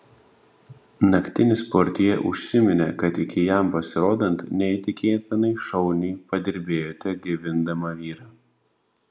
naktinis portjė užsiminė kad iki jam pasirodant neįtikėtinai šauniai padirbėjote gaivindama vyrą